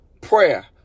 prayer